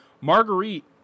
Marguerite